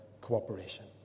cooperation